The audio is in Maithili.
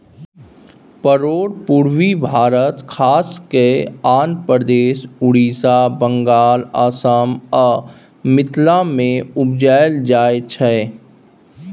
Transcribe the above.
परोर पुर्वी भारत खास कय आंध्रप्रदेश, उड़ीसा, बंगाल, असम आ मिथिला मे उपजाएल जाइ छै